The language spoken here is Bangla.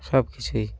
সব কিছুই